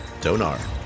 Donar